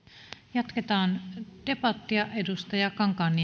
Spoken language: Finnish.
jatketaan debattia